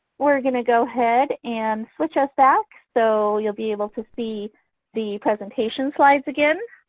we're going to go ahead and switch us back so you'll be able to see the presentation slides again.